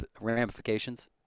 ramifications